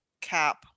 cap